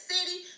City